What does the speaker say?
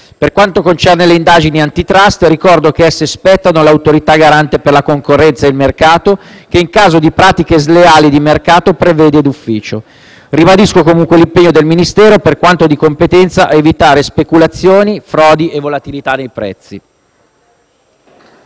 Per quanto concerne le indagini *antitrust,* ricordo che esse spettano all'Autorità garante della concorrenza e del mercato che, in caso di pratiche sleali, provvede d'ufficio. Ribadisco comunque l'impegno del Ministero, per quanto di competenza, a evitare speculazioni, frodi e volatilità dei prezzi.